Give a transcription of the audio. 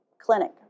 clinic